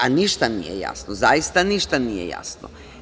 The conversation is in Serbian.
A, ništa nije jasno, zaista ništa nije jasno.